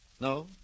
No